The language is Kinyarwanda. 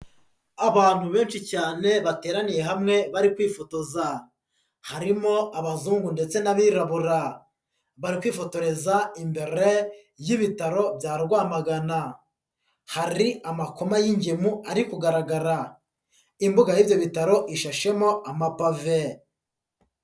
Abantu benshi cyane bateraniye hamwe bari kwifotoza. Harimo abazungu ndetse n'abirabura. Bari kwifotoreza imbere y'Ibitaro bya Rwamagana. Hari amakoma y'ingemo ari kugaragara. Imbuga y'ibyo bitaro ishashemo amapave.